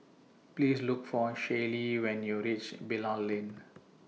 Please Look For Shaylee when YOU REACH Bilal Lane